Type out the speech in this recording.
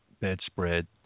bedspread